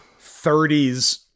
30s